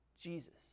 Jesus